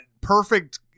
perfect